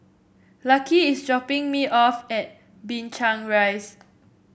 Lucky is dropping me off at Binchang Rise